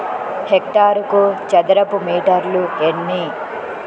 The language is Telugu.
హెక్టారుకు చదరపు మీటర్లు ఎన్ని?